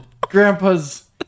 grandpa's